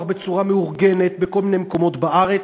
בצורה מאורגנת בכל מיני מקומות בארץ,